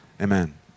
amen